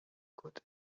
could